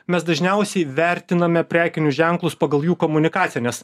mes dažniausiai vertiname prekinius ženklus pagal jų komunikaciją nes